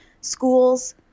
Schools